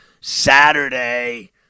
Saturday